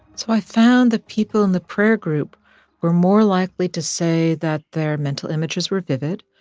so i found that people in the prayer group were more likely to say that their mental images were vivid.